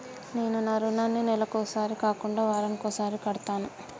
నేను నా రుణాన్ని నెలకొకసారి కాకుండా వారానికోసారి కడ్తన్నా